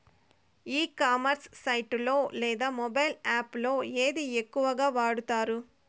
ఈ commerce site లో లేదా మొబైల్ యాప్ లో ఏది ఎక్కువగా వాడుతారు?